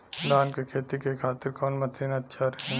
धान के खेती के खातिर कवन मशीन अच्छा रही?